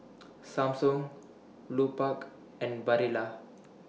Samsung Lupark and Barilla